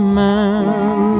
man